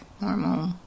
normal